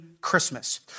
Christmas